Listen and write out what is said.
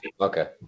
Okay